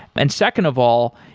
and second of all,